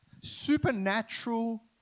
supernatural